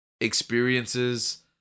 experiences